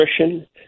nutrition